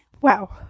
Wow